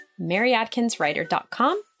maryadkinswriter.com